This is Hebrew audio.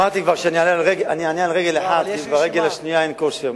שאני אענה על רגל אחת, כי ברגל השנייה אין כושר.